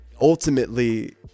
ultimately